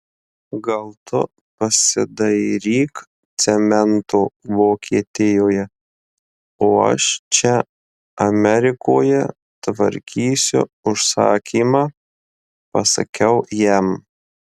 gal tu pasidairyk cemento vokietijoje o aš čia amerikoje tvarkysiu užsakymą pasakiau jam